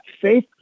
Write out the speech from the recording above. faith